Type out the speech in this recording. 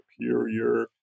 superior